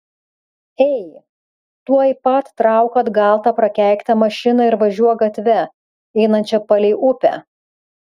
ei tuoj pat trauk atgal tą prakeiktą mašiną ir važiuok gatve einančia palei upę